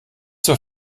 zur